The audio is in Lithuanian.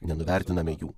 nenuvertiname jų